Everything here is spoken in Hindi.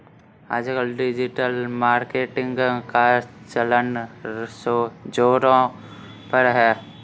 आजकल डिजिटल मार्केटिंग का चलन ज़ोरों पर है